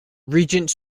regent